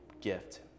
gift